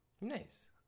Nice